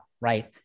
right